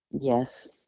Yes